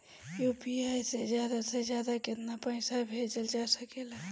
UPI से ज्यादा से ज्यादा केतना पईसा भेजल जा सकेला?